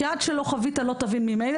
כי עד שלא חווית לא תבין ממילא,